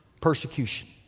persecution